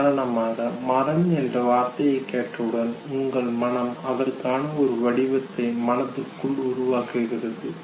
உதாரணமாக மரம் என்ற வார்த்தையை கேட்டவுடன் உங்கள் மனம் அதற்கான ஒரு வடிவத்தின் மனதிற்குள் உருவாக்குகிறது